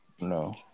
No